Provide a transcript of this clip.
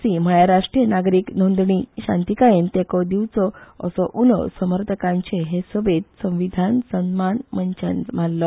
सी म्हळ्यार राष्ट्रीय नागरिक नोंदणी शांतीकायेन तेको दिवचो असो उलो समर्थकांचे हे सभेत संवविधान सन्मान मंचान माल्लो